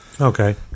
Okay